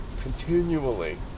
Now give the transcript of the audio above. continually